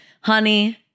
honey